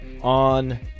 on